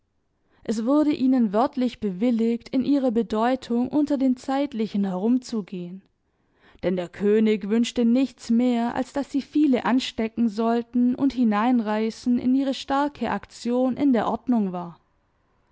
es wurde ihnen wörtlich bewilligt in ihrer bedeutung unter den zeitlichen herumzugehen denn der könig wünschte nichts mehr als daß sie viele anstecken sollten und hineinreißen in ihre starke aktion in der ordnung war